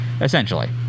essentially